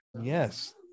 Yes